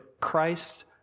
Christ